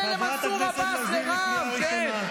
בגלל פופוליזם זול של כמה עשרות מיליוני